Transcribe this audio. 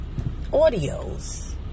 audios